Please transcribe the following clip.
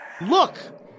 look